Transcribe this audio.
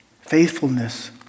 Faithfulness